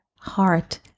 heart